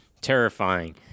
terrifying